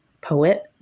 poet